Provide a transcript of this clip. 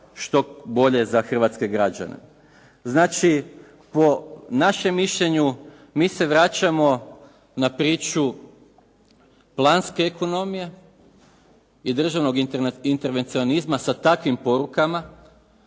što bolje za hrvatske građane. Znači, po našem mišljenju, mi se vraćamo na priču lanjske ekonomije i državnog intervencionizma sa takvim porukama,